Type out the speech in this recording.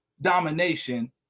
domination